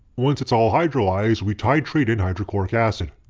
once it's all hydrolyzed, we titrate in hydrochloric acid.